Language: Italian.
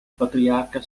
patriarca